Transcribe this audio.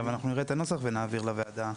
אנחנו נראה את הנוסח ונעביר לוועדה.